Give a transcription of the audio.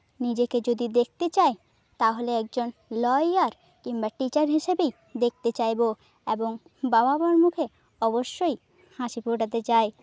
নিজেকে যদি দেখতে চাই তাহলে একজন লইয়ার কিংবা টিচার হিসেবেই দেখতে চাইবো এবং বাবা মার মুখে অবশ্যই হাসি ফোটাতে চাই